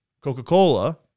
Coca-Cola